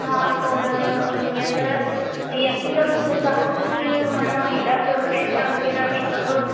हा पर हींअर यकदमि त सभु कुझु माना मां हेॾा सभु पैसा वग़ैरह बि सभु